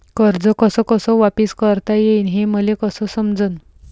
कर्ज कस कस वापिस करता येईन, हे मले कस समजनं?